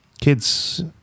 kids